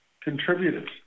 contributors